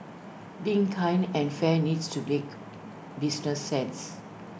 being kind and fair needs to make business sense